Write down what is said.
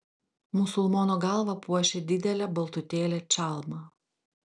musulmono galvą puošė didelė baltutėlė čalma